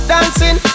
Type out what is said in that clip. Dancing